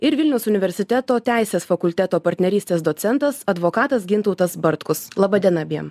ir vilniaus universiteto teisės fakulteto partnerystės docentas advokatas gintautas bartkus laba diena abiem